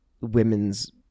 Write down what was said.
women's